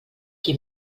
qui